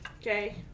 Okay